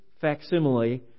facsimile